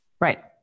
Right